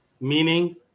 meaning